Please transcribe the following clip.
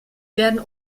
werden